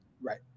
right